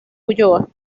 ulloa